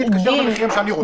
אני מתקשר למחירים שאני רוצה.